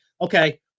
okay